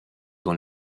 dans